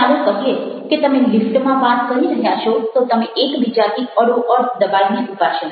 ચાલો કહીએ કે તમે લિફ્ટમાં વાત કરી રહ્યા છો તો તમે એકબીજાથી અડોઅડ દબાઈને ઉભા છો